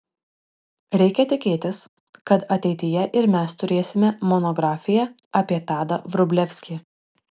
reikia tikėtis kad ateityje ir mes turėsime monografiją apie tadą vrublevskį